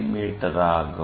me ஆகும்